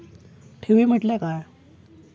ठेवी म्हटल्या काय?